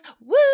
Woo